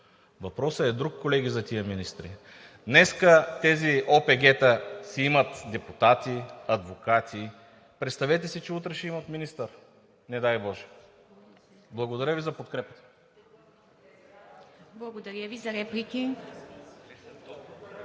Въпросът е друг, колеги, за тези министри. Днес тези ОПГ-та си имат депутати, адвокати, представете си, че утре ще имат министър, не дай боже. Благодаря Ви за подкрепата. ПРЕДСЕДАТЕЛ ИВА